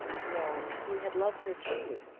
no he had loved her truly,